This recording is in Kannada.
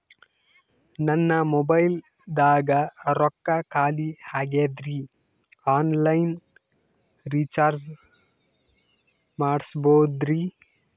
ನನ್ನ ಮೊಬೈಲದಾಗ ರೊಕ್ಕ ಖಾಲಿ ಆಗ್ಯದ್ರಿ ಆನ್ ಲೈನ್ ರೀಚಾರ್ಜ್ ಮಾಡಸ್ಬೋದ್ರಿ?